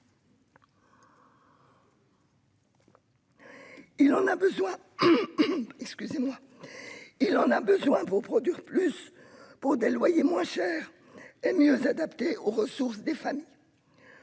il en a besoin pour produire plus pour des loyers moins chers et mieux adaptés aux ressources des familles,